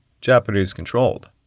Japanese-controlled